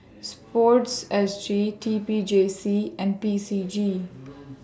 Sports S G T P J C and P C G